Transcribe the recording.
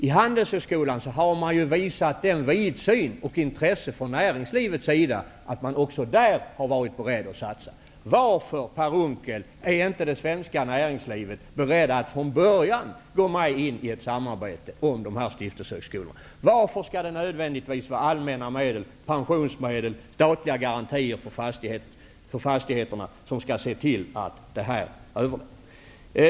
I Handelshögskolan har man från näringslivets sida visat den vidsynen och det intresset att man också har varit beredd att satsa där. Varför, Per Unckel, är det svenska näringslivet inte berett att från början gå in i ett samarbete om stiftelsehögskolorna? Varför skall det nödvändigtvis till allmänna medel, pensionsmedel och statliga garantier för fastigheterna?